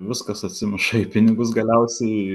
viskas atsimuša į pinigus galiausiai